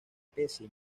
especie